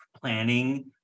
planning